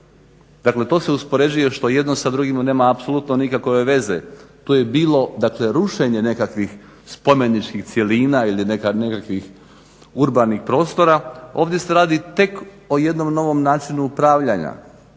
Dakle, to se uspoređuje što jedno sa drugim nema apsolutno nikakove veze. Tu je bilo, dakle rušenje nekakvih spomeničkih cjelina ili nekakvih urbanih prostora. Ovdje se radi tek o jednom novom načinu upravljanja.